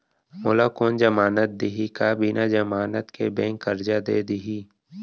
मोला कोन जमानत देहि का बिना जमानत के बैंक करजा दे दिही?